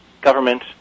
government